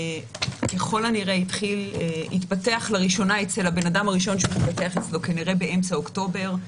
ככל הנראה התפתח לראשונה אצל הבן אדם הראשון שהתפתח אצלו באמצע אוקטובר,